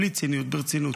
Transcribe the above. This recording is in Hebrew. בלי ציניות, ברצינות.